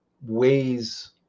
ways